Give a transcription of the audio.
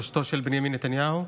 בראשותו של בנימין נתניהו,